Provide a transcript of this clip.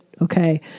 Okay